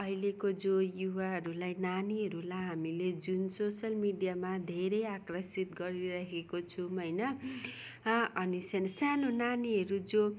अहिलेको जो युवाहरूलाई नानीहरूलाई हामीले जुन सोसियल मिडियामा धेरै आकर्षित गरिरहेको छौँ होइन अनि सानो सानो नानीहरू जो